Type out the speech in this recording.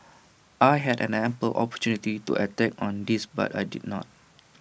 I had an ample opportunity to attack on this but I did not